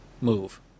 move